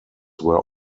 were